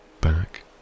back